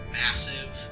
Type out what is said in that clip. massive